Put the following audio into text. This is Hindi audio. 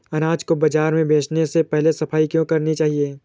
अनाज को बाजार में बेचने से पहले सफाई क्यो करानी चाहिए?